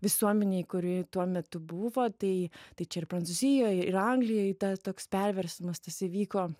visuomenėj kuri tuo metu buvo tai tai čia ir prancūzijoj ir anglijoj toks perversmas tas įvyko